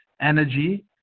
Energy